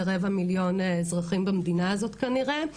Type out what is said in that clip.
לרבע מיליון אזרחים במדינה הזאת כנראה.